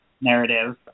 narrative